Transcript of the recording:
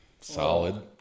solid